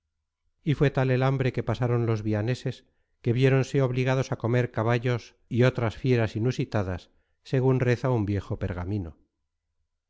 y fue tal el hambre que pasaron los vianeses que viéronse obligados a comer caballos e otras fieras inusitadas según reza un viejo pergamino